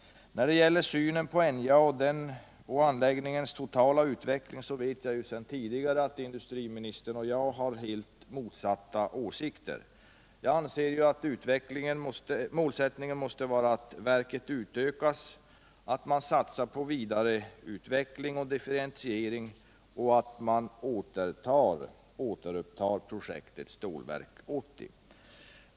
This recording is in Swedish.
När det gäller den totala utvecklingen av NJA:s anläggning vet jag sedan tidigare att industriministern och jag har helt motsatta åsikter. Jag anser att målsättningen måste vara att verket utökas, att man satsar på vidareutveckling och differentiering och att man återupptar projektet Stålverk 80.